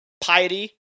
piety